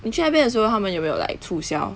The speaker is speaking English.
你去那边的时候他们有没有 like 促销